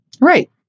Right